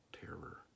terror